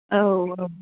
औ औ